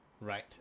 right